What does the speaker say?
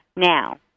Now